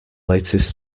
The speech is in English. latest